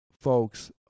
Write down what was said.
folks